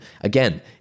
again